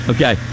Okay